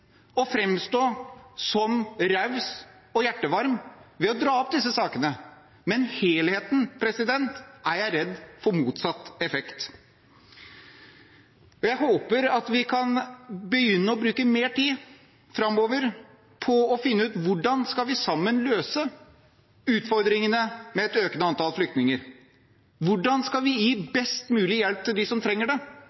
å framstå som raus og hjertevarm ved å dra opp disse sakene, men helheten er jeg redd får motsatt effekt. Jeg håper at vi kan begynne å bruke mer tid framover på å finne ut hvordan vi sammen skal løse utfordringene med et økende antall flyktninger. Hvordan skal vi gi